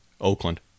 Oakland